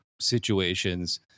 situations